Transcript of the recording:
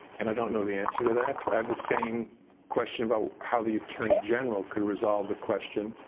and i don't know the answer to that. i have the same question about how the attorney general could resolve the question,